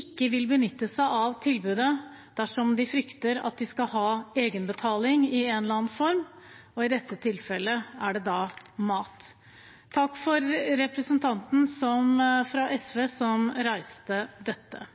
ikke vil benytte seg av tilbudet dersom de frykter egenbetaling i en eller annen form, og i dette tilfellet gjelder det mat. Takk til representantene fra SV som fremmet dette